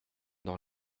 dans